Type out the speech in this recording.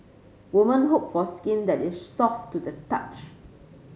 women hope for skin that is soft to the touch